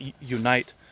unite